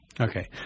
Okay